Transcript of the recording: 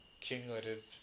cumulative